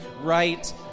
right